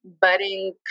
budding